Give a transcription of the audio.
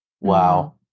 Wow